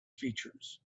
features